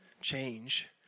change